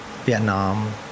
Vietnam